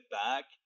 back